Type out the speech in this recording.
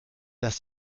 das